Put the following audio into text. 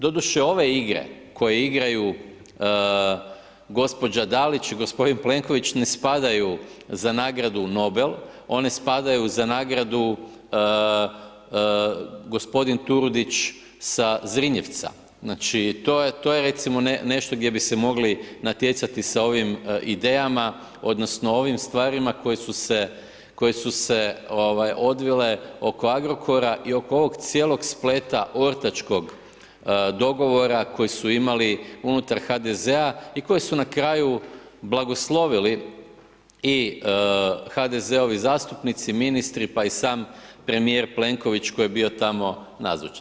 Doduše ove igre koje igraju gospođa Dalić i gospodin Plenković ne spadaju za nagradu Nobel, one spadaju za nagradu Gospodin Turudić sa Zrinjevca, znači to je recimo nešto gdje bi se mogli natjecati sa ovim idejama odnosno ovim stvarima koje su se odvile oko Agrokora i oko ovog cijelog spleta ortačkog dogovora koji su imali unutar HDZ-a i koji su na kraju blagoslovili i HDZ-ovi zastupnici, ministri pa i sam premijer Plenković koji je bio tamo nazočan.